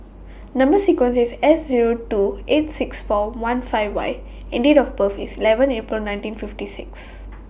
Number sequence IS S Zero two eight six four one five Y and Date of birth IS eleven April nineteen fifty six